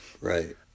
Right